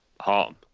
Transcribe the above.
harm